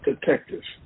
detectives